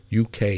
UK